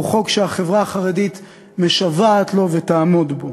והוא חוק שהחברה החרדית משוועת לו ותעמוד בו.